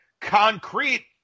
concrete